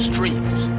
Streams